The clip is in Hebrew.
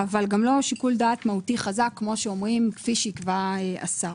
אבל גם לא שיקול דעת מהותי חזק כמו שאומרים כפי שיקבע השר.